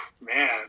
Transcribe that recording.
man